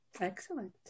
Excellent